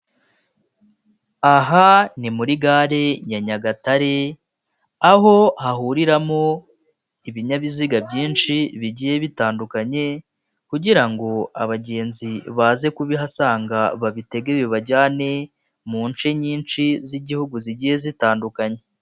Aha ni muri gare ya Nyagatare, aho hahuriramo ibinyabiziga byinshi bigiye bitandukanye kugira ngo abagenzi baze kubihasanga babitege, bibajyane mu nshe nyinshi z'Igihugu zigiye zitandukanye.